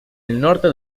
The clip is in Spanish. norte